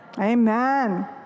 Amen